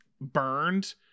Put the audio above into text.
burned